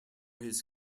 his